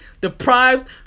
deprived